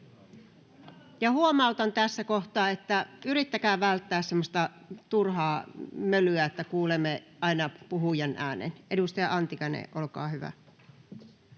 huomautan tässä kohtaa, että yrittäkää välttää semmoista turhaa mölyä, että kuulemme aina puhujan äänen. — Edustaja Antikainen, olkaa hyvä.